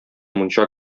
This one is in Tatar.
мунча